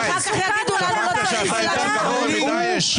אחר כך יגידו לנו שלא צריך עילת סבירות.